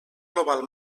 global